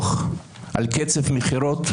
אתם מביאים כאן פצצות,